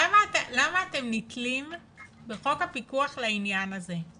למה אתם נתלים בחוק הפיקוח בשביל העניין הזה?